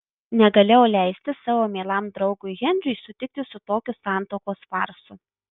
negalėjau leisti savo mielam draugui henriui sutikti su tokiu santuokos farsu